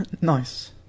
Nice